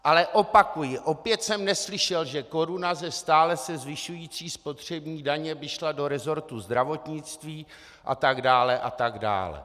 Ale opakuji, opět jsem neslyšel, že koruna ze stále se zvyšující spotřební daně by šla do resortu zdravotnictví, a tak dále, a tak dále.